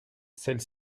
celle